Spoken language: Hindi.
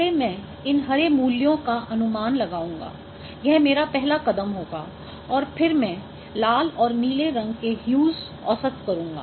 पहले मैं इन हरे मूल्यों का अनुमान लगाऊंगा यह मेरा पहला कदम होगा और फिर मैं लाल और नीले रंग के ह्यूस औसत करूँगा